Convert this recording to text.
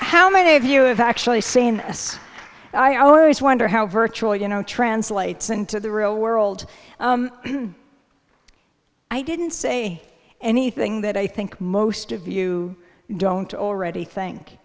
how many of you is actually saying yes i always wonder how virtual you know translates into the real world i didn't say anything that i think most of you don't already think